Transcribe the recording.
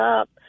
up